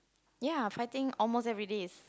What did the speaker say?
ya fighting almost every days